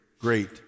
great